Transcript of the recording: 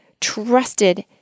trusted